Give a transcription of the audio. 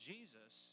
Jesus